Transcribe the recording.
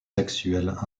sexuelles